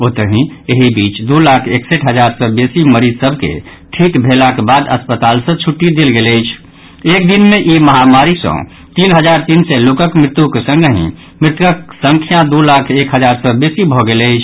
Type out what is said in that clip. ओतहि एहि बीच दू लाख एकसठि हजार सँ बेसी मरीज सभ के ठीक भेलाक बाद अस्पताल सँ छुट्टी देल गेल अछि एक दिन मे ई महामारी सँ तीन हजार तीन सय लोकक मृत्युक संगहि मृतकक संख्या दू लाख एक हजार सँ बेसी भऽ गेल अछि